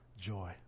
joy